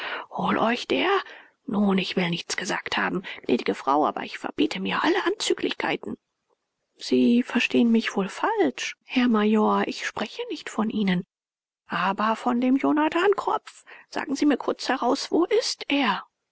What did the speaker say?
hol euch der nun ich will nichts gesagt haben gnädige frau aber ich verbitte mir alle anzüglichkeiten sie verstehen mich wohl falsch herr major ich spreche nicht von ihnen aber von dem jonathan kropf sagen sie mir kurz heraus wo ist er